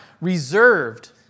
reserved